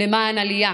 למען עלייה,